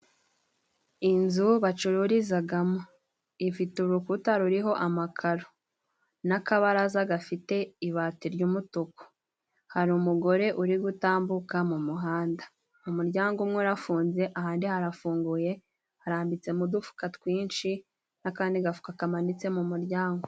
Inzu bacururizamo, ifite urukuta ruriho amakaro n'akabaraza gafite ibati ry'umutuku, hari umugore uri gutambuka mu muhanda, umuryango umwe urafunze ahandi harafunguye harambitse mo udufuka twinshi n'akandi gafuka kamanitse mu muryango.